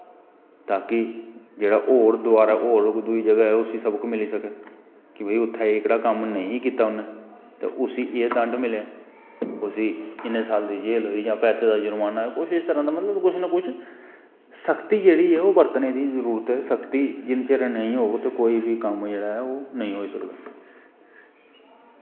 ताकि जेह्ड़ा होर दवारा होर दूई जगह उसी सबक मिली सकै कि भाई उत्थें एकड़ा कम्म नेंई कीता उन्नै ते उसी एह् दंड मिलेआ उसी इन्ने साल दा जेल होई जां पैसे द जर्माना कुछ इस तरां दा मतलव कुछ न कुछ सकती जेह्ड़ी ऐ ओह् बरतने दी जरूरत ऐ सकती जिन्नै चिर नेंई होग ते कोई बी कम्म जेह्ड़ा ऐ ओह् नेंई होई सकदा